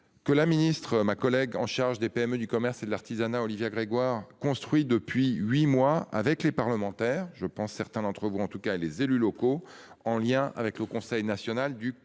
Que la ministre ma collègue en charge des PME du commerce et de l'artisanat Olivia Grégoire construit depuis 8 mois, avec les parlementaires, je pense. Certains d'entre vous en tout cas les élus locaux en lien avec le Conseil national du commerce.